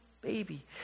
baby